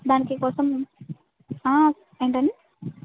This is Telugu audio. దానికి కోసం ఏంటండీ